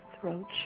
throat